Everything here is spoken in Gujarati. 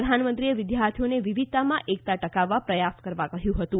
પ્રધાનમંત્રીએ વિદ્યાર્થીઓને વિવિધતામાં એકતા ટકાવવા પ્રથાસ કરવા કહ્યું હતું